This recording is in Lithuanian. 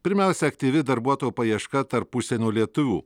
pirmiausia aktyvi darbuotojų paieška tarp užsienio lietuvių